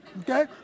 okay